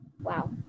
Wow